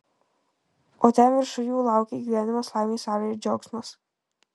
o ten viršuj jų laukia gyvenimas laimė saulė ir džiaugsmas